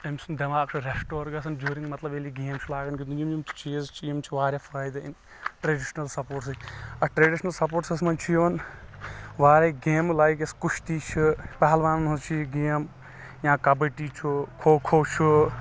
أمہِ سُنٛد دٮ۪ماغ چُھ رٮ۪سٹور گژھان جوٗرِنٛگ مطلب ییٚلہِ یہِ گیم چُھ لاگان گندُن یِم یِم چیٖز چھ یِم چھِ واریاہ فأیِدٕ امہِ ٹریڈشنل سپوٹ سۭتۍ اَتھ ٹریڈشنل سپوٹسس منٛز چھ یِوان واریاہ گیمہٕ لایک یۄس کُشتی چھ پہلوانن ہنٛز چھِ یہِ گیم چھ یا کبڈی چُھ کھو کھو چُھ